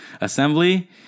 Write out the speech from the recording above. assembly